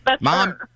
Mom